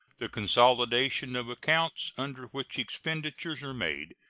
the consolidation of accounts under which expenditures are made,